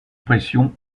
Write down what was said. pression